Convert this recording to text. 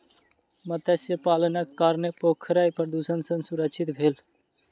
मत्स्य पालनक कारणेँ पोखैर प्रदुषण सॅ सुरक्षित भेल